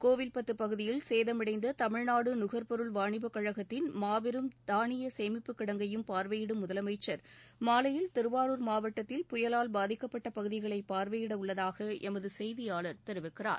கோவில்பத்து பகுதியில் சேதமடைந்த தமிழ்நாடு நுகர்பொருள் வாணிபக் கழகத்தின் மாபெரும் தானிய சேமிப்புக் கிடங்கையும் பார்வையிடும் முதலமைச்சர் மாலையில் திருவாரூர் மாவட்டத்தில் புயலால் பாதிக்கப்பட்ட பகுதிகளை பார்வையிடவுள்ளதாக எமது செய்தியாளர் தெரிவிக்கிறார்